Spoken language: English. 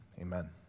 Amen